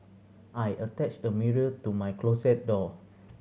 I attached a mirror to my closet door